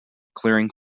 clearing